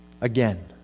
again